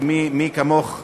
ומי כמוך יודעת,